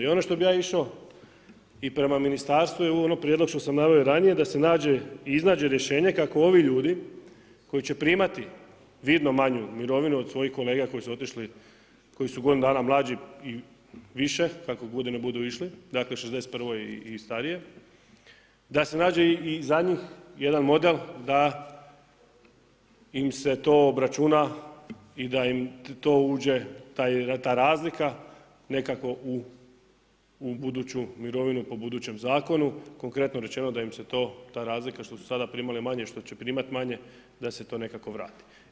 I ono što bi ja išao i prema ministarstvu i ovo je onaj prijedlog što sam naveo i ranije da se nađe i iznađe rješenje kako ovi ljudi koji će primati vidno manju mirovinu od svojih kolega koji su godinu dana mlađi i više, kako godine budu išle dakle '61. i starije da se nađe i za njih jedan model da im se to obračuna i da im to uđe ta razlika nekako u buduću mirovinu po budućem zakonu, konkretno rečeno da im se ta razlika što su sada primali manje i što će primati manje da se to nekako vrati.